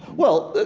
well,